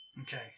Okay